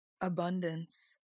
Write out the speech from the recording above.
abundance